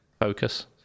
focus